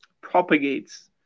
propagates